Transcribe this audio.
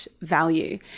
value